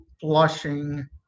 flushing